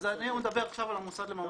אז אני מדבר כרגע על המוסד למעמד השחקן.